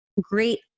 great